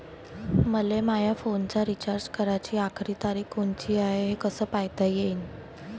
मले माया फोनचा रिचार्ज कराची आखरी तारीख कोनची हाय, हे कस पायता येईन?